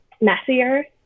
messier